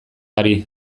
ari